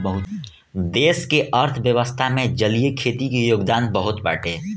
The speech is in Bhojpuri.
देश के अर्थव्यवस्था में जलीय खेती के योगदान बहुते बाटे